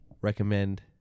Recommend